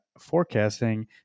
forecasting